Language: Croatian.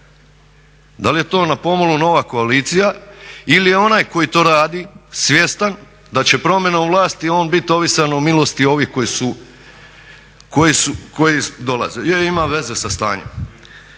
Da li je to na pomolu nova koalicija ili je onaj tko to radi svjestan da će promjenom vlasti on biti ovisan o milosti ovih koji dolaze? Je ima veze sa stanjem.